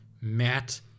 Matt